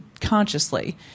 consciously